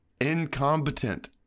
incompetent